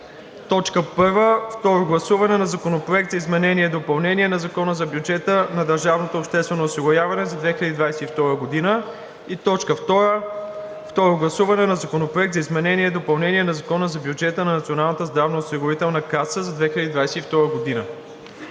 ред: „1. Второ гласуване на Законопроекта за изменение и допълнение на Закона за бюджета на държавното обществено осигуряване за 2022 г. 2. Второ гласуване на Законопроекта за изменение и допълнение на Закона за бюджета на Националната здравноосигурителна каса за 2022 г.“